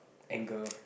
anger